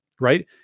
right